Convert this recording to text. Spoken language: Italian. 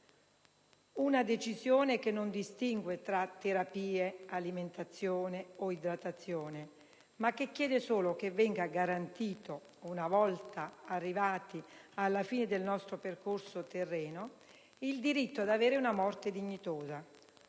Tale decisione non distingue tra terapie, alimentazione o idratazione, ma chiede solo che venga garantito, una volta arrivati alla fine del nostro percorso terreno, il diritto ad avere una morte dignitosa,